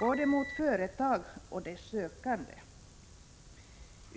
mot både företag och de sökande.